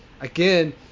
again